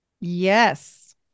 Yes